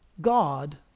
God